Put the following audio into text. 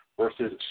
versus